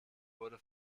wurde